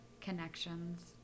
connections